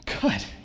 Good